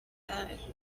that